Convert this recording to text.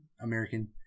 American